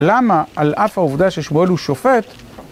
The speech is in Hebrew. למה על אף עובדה ששמואל הוא שופט